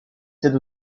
cède